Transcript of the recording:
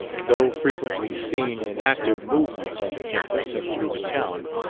though frequently seen in active movement on the campus and through the town,